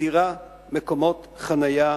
מסדירה מקומות חנייה